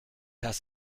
has